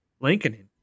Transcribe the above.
Lincoln